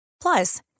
Plus